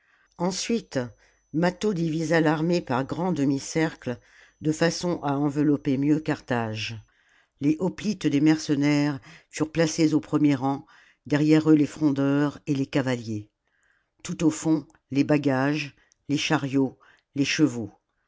ensuite mâtho divisa l'armée par grands demi-cercles de façon à envelopper mieux carthage les hophtes des mercenaires furent placés au premier rang derrière eux les frondeurs et les cavahers tout au fond les bagages les chariots les chevaux